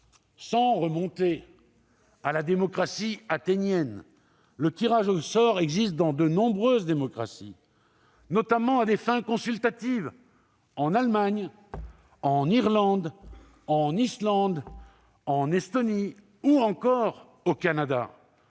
Sans remonter à la démocratie athénienne, le tirage au sort existe dans de nombreuses démocraties, notamment à des fins consultatives : en Allemagne, en Irlande, en Islande, en Estonie, ou encore au Canada.